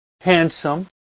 handsome